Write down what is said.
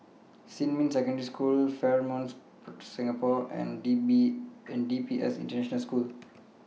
Xinmin Secondary School Fairmont Singapore and D P S International School